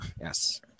Yes